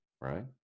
right